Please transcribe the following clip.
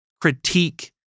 critique